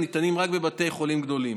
ניתנים רק בבתי חולים גדולים.